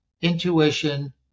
intuition